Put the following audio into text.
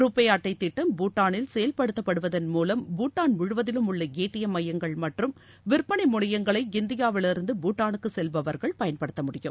ருபே அட்டைத் திட்டம் பூட்டானில் செயல்படுத்தப்படுவதன் மூலம் பூட்டான் முழுவதிலும் உள்ள ஏடிஎம் மையங்கள் மற்றும் விற்பனை முனையங்களை இந்தியாவில் இருந்து பூட்டானுக்கு செல்பவர்கள் பயன்படுத்த முடியும்